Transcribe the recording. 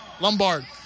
Lombard